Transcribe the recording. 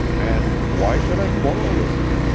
and why should i quarrel with you?